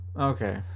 Okay